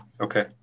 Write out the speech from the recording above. okay